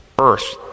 earth